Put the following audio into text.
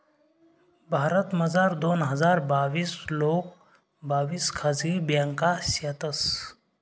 भारतमझार दोन हजार बाविस लोंग बाविस खाजगी ब्यांका शेतंस